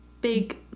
big